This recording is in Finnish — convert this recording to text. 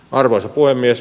arvoisa puhemies